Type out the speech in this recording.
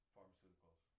Pharmaceuticals